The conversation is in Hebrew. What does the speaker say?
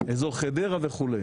אזור חדרה וכו'.